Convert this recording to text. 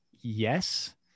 yes